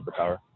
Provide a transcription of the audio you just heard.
superpower